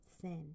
sin